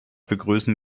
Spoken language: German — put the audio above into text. begrüßen